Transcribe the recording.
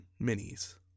minis